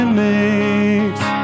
makes